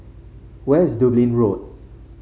where is Dublin Road